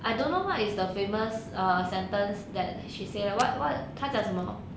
I don't know what is the famous err sentence that she say leh what what 他讲什么